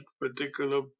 particular